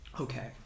Okay